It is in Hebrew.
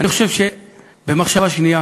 אני חושב שבמחשבה שנייה